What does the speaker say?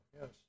Yes